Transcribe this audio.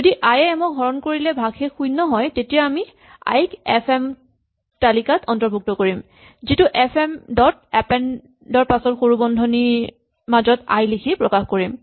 যদি I A M ক হৰণ কৰিলে ভাগশেষ শূণ্য হয় তেতিয়া আমি আই ক এফ এম তালিকাত অৰ্ন্তভুক্ত কৰিম যিটো এফ এম ডট এপেন্ড ৰ পাছত সৰু বন্ধনীৰ মাজত আই লিখি প্ৰকাশ কৰিম